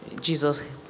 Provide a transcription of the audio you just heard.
Jesus